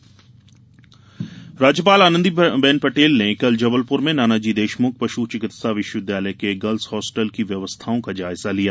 राज्यपाल राज्यपाल आनंदीबेन पटेल ने कल जबलपुर में नानाजी देशमुख पशु चिकित्सा विश्वविद्यालय के गर्ल्स हॉस्टल की व्यवस्थाओं का जायजा लिया